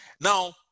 Now